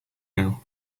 now